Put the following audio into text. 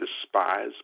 despise